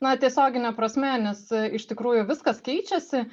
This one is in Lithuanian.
na tiesiogine prasme nes iš tikrųjų viskas keičiasi